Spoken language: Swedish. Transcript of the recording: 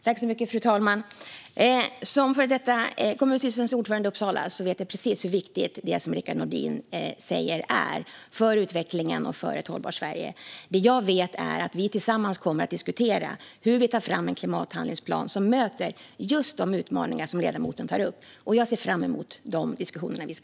Fru talman! Eftersom jag är före detta ordförande i kommunstyrelsen i Uppsala vet jag precis hur viktigt det Rickard Nordin säger är för utvecklingen och för ett hållbart Sverige. Det jag vet är att vi tillsammans kommer att diskutera hur vi tar fram en klimathandlingsplan som möter just de utmaningar som ledamoten tar upp. Jag ser fram emot de diskussionerna.